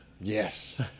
Yes